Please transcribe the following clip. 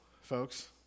folks